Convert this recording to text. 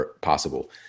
possible